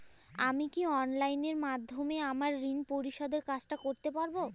আমি কি অনলাইন মাধ্যমে আমার ঋণ পরিশোধের কাজটি করতে পারব?